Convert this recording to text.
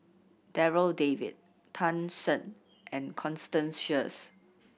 Darryl David Tan Shen and Constance Sheares